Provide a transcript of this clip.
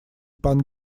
пан